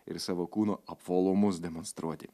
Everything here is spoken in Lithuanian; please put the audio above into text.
ir savo kūno apvalumus demonstruoti